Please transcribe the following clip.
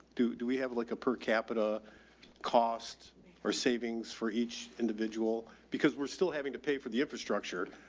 do, do we have like a per capita cost or savings for each individual because we're still having to pay for the infrastructure,